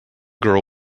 girl